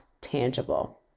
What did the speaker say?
tangible